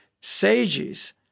sages